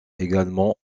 également